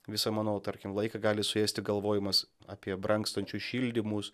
visą mano tarkim laiką gali suėsti galvojimas apie brangstančius šildymus